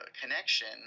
connection